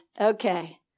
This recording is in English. okay